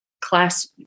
class